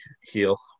heal